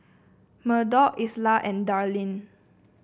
Murdock Isla and Darlyne